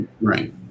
Right